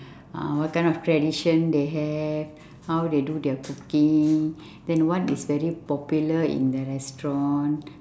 uh what kind of tradition they have how they do their cooking then what is very popular in the restaurant